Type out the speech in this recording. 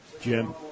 Jim